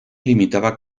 limitaba